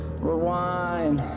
Rewind